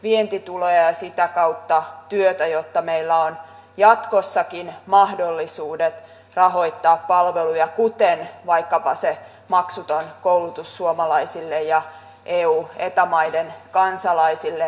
vientituloja ja sitä kautta työtä jotta meillä on jatkossakin mahdollisuudet rahoittaa palveluja vaikkapa se maksuton koulutus suomalaisille ja eu ja eta maiden kansalaisille